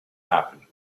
happen